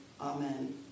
Amen